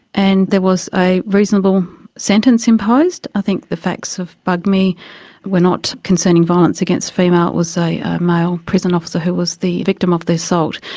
and there was a reasonable sentence imposed. i think the facts of bugmy were not concerning violence against a female, it was a male prison officer who was the victim of the assault.